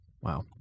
Wow